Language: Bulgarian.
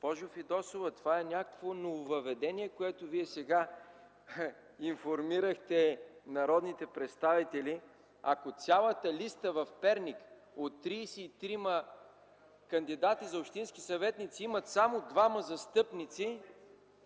Госпожо Фидосова, това е някакво нововъведение, за което Вие сега информирахте народните представители. Ако цялата листа в Перник от тридесет и трима кандидати за общински съветници имат само двама застъпници?